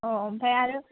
अ ओमफ्राय आरो